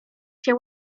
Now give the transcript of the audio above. się